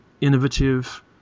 innovative